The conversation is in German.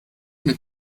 mit